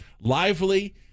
lively